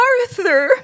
Arthur